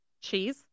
Cheese